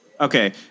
okay